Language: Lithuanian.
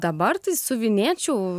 dabar tai siuvinėčiau